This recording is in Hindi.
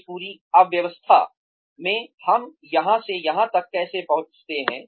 इस पूरी अव्यवस्था से हम यहाँ से यहाँ तक कैसे पहुँचते हैं